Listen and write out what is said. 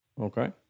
Okay